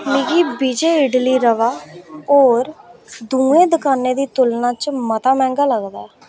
मिगी विजे इडली रवा होर दुएं दकानें दी तुलना च मता मैंह्गा लगदा ऐ